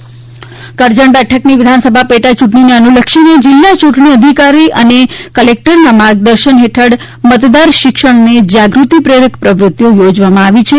કરજણ પેટા ચૂંટણી કરજણ બેઠકની વિધાનસભા પેટા ચૂંટણીને અનુલક્ષીને જિલ્લા ચૂંટણી અધિકાર અને કલેક્ટરના માર્ગદર્શન હેઠળ મતદાર શિક્ષણ અને જાગૃતિ પ્રેરક પ્રવૃત્તિઓ યોજવામાં આવી છે